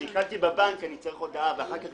אם עיקלתי בבנק אני צריך להודיע ואחר כך,